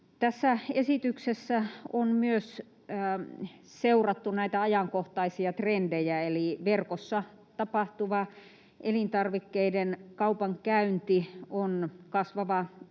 Esityksessä on myös seurattu näitä ajankohtaisia trendejä, eli verkossa tapahtuva elintarvikkeiden kaupankäynti on kasvava